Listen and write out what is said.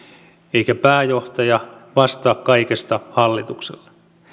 eikä pääjohtaja vastaa kaikesta hallitukselle